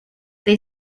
they